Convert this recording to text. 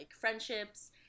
friendships